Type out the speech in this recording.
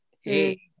hey